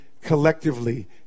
collectively